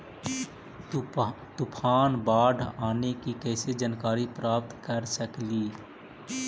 तूफान, बाढ़ आने की कैसे जानकारी प्राप्त कर सकेली?